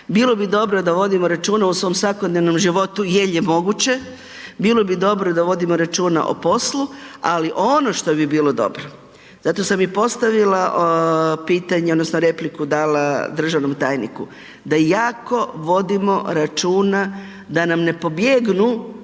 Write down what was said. Bilo bi dobro da vodimo računa u svom svakodnevnom životu jer je moguće. Bilo bi dobro da vodimo računa o poslu, ali ono što bi bilo dobro, zato sam i postavila pitanje odnosno repliku dala državnom tajniku da jako vodimo računa da nam ne pobjegnu